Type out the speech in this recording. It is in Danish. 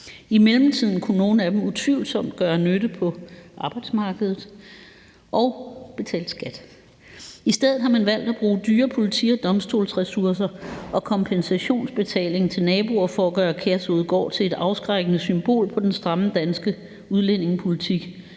I mellemtiden kunne nogle af dem utvivlsomt gøre nytte på arbejdsmarkedet og betale skat. I stedet har man valgt at bruge dyre politi- og domstolsressourcer og en kompensationsbetaling til naboer for at gøre Kærshovedgård til et afskrækkende symbol på den stramme danske udlændingepolitik.